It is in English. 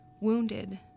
wounded